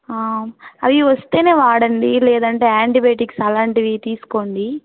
అవి వస్తేనే వాడండి లేదంటే యాంటీబయాటిక్స్ అలాంటివి తీసుకోండి